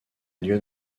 lieu